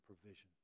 provision